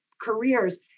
careers